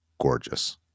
gorgeous